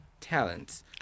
talents